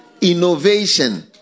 innovation